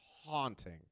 haunting